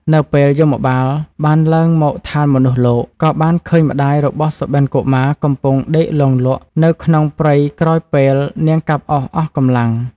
នៅពេលយមបាលបានឡើងមកឋានមនុស្សលោក ក៏បានឃើញម្តាយរបស់សុបិន្តកុមារកំពុងដេកលង់លក់នៅក្នុងព្រៃក្រោយពេលនាងកាប់អុសអស់កម្លាំង។